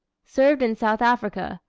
served in south africa.